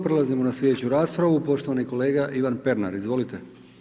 Prelazimo na slijedeću raspravu, poštovani kolega Ivan Pernar, izvolite.